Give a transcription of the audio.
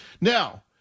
Now